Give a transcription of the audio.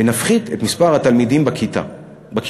ונפחית את מספר התלמידים בכיתות.